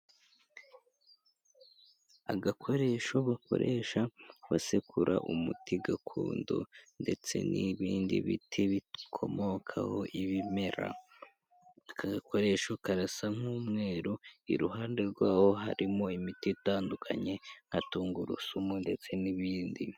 Agakoresho bakoresha basekura umuti gakondo ndetse n'ibindi biti bikomokaho ibimera, aka gakoresho karasa nk'umweru, iruhande rwawo harimo imiti itandukanye nka tungurusumu ndetse n'ibindi.